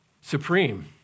supreme